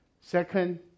Second